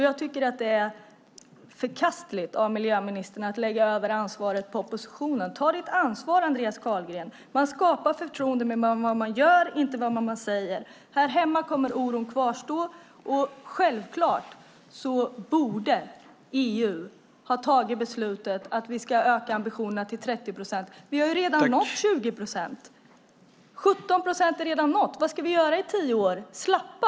Jag tycker att det är förkastligt av miljöministern att lägga över ansvaret på oppositionen. Ta ditt ansvar, Andreas Carlgren! Man skapar förtroende med vad man gör - inte med vad man säger. Här hemma kommer oron att kvarstå. Självfallet borde EU ha tagit beslutet att vi ska öka ambitionerna till 30 procent. Vi har ju redan nått 20 procent - 17 procent är redan nått! Vad ska vi göra i tio år? Slappa?